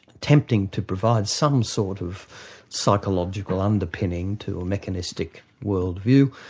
attempting to provide some sort of psychological underpinning to a mechanistic world view,